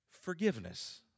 forgiveness